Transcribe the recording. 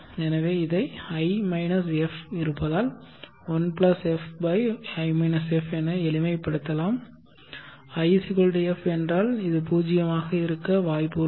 எனவே இதை i f இருப்பதால் 1f என எளிமைப்படுத்தலாம் i f என்றால் இது 0 ஆக இருக்க வாய்ப்பு உள்ளது